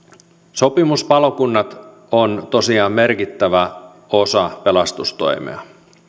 sopimuspalokunnat ovat tosiaan merkittävä osa pelastustoimea